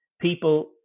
people